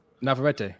Navarrete